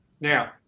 Now